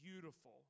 beautiful